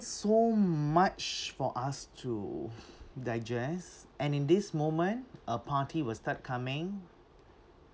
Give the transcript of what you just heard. so much for us to digest and in this moment a party will start coming